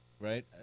Right